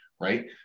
Right